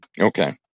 Okay